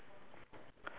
K what's written there